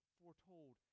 foretold